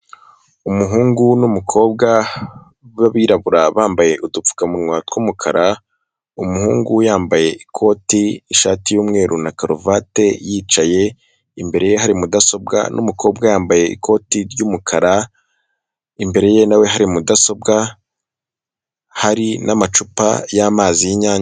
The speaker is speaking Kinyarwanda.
Umuhungu n'ubukobwa b'abirabura, bambaye udupfukamunwa tw'umukara, umuhungu yambaye ikoti, ishati yumweru na karuvate, yicaye, imbere ye hari mudasobwa, n'umukobwa yambaye ikoti ry'umukara, imbere ye na we hari mudasobwa, hari n'amacupa y'amazi y'inyange.